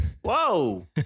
Whoa